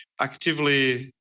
actively